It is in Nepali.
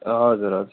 हजुर हजुर